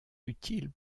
utiles